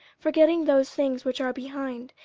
forgetting those things which are behind,